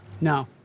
No